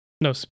No